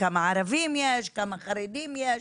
כמה ערבים יש, כמה חרדים יש?